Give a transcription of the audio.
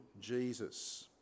Jesus